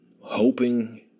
hoping